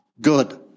good